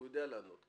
הוא יודע לענות.